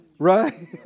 Right